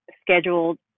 scheduled